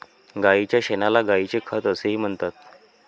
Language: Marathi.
गायीच्या शेणाला गायीचे खत असेही म्हणतात